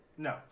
No